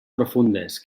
profundes